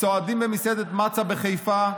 הסועדים במסעדת מצא בחיפה,